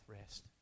rest